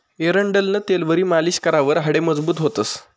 एरंडेलनं तेलवरी मालीश करावर हाडे मजबूत व्हतंस